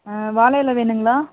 வாழை இல வேணுங்களா